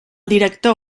director